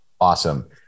awesome